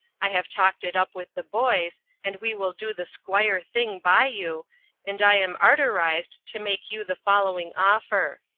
i have talked it up with the boys and we will do the squire thing by you and i am arterised to make you the following offer.